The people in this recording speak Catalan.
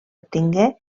obtingué